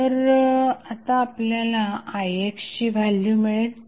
तर आता आपल्याला ixची व्हॅल्यू मिळेल